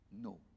No